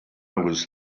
was